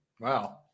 Wow